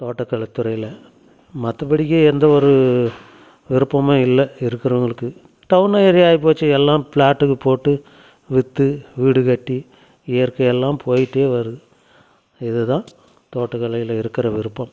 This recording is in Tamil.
தோட்டக்கலைத்துறையில மற்றபடிக்கு எந்த ஒரு விருப்பமும் இல்லை இருக்குறவங்களுக்கு டவுன் ஏரியா ஆயிபோச்சு எல்லாம் பிளாட்டுங்க போட்டு விற்று வீடு கட்டி இயற்கையெல்லாம் போயிட்டே வருது இது தான் தோட்டக்கலையில் இருக்கிற விருப்பம்